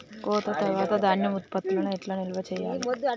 కోత తర్వాత ధాన్యం ఉత్పత్తులను ఎట్లా నిల్వ చేయాలి?